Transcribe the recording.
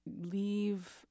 leave